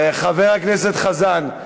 חבר הכנסת חזן,